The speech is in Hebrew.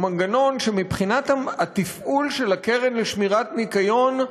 הוא מנגנון שמבחינת התפעול של הקרן לשמירת הניקיון,